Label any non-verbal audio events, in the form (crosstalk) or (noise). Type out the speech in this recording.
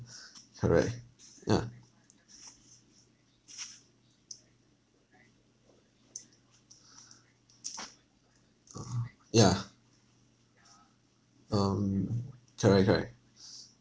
correct ya (uh huh) yeah um correct correct (breath)